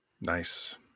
Nice